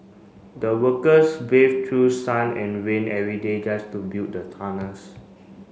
the workers braved through sun and rain every day just to build the tunnels